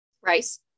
rice